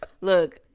look